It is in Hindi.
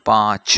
पाँच